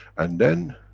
and then,